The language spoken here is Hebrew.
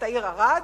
את העיר ערד,